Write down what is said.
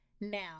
Now